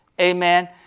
amen